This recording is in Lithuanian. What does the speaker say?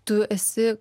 tu esi